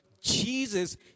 Jesus